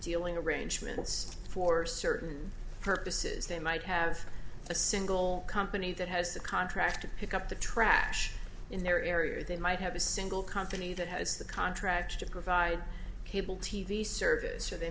dealing arrangements for certain purposes they might have a single company that has a contract to pick up the trash in their area or they might have a single company that has the contract to provide cable t v service or they